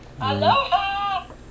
Aloha